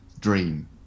dream